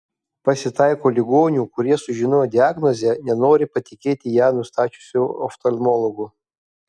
pasitaiko ligonių kurie sužinoję diagnozę nenori patikėti ją nustačiusiu oftalmologu